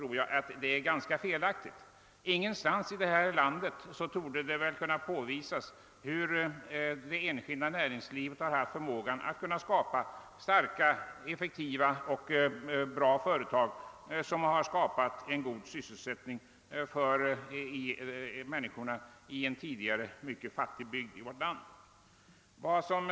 Ingen annanstans i detta land torde det vara möjligt att påvisa att det enskilda näringslivet lyckats skapa så starka, effektiva och bra företag, vilka berett människorna i en tidigare mycket fattig bygd så god sysselsättning som här.